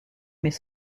mais